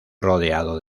rodeado